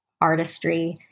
artistry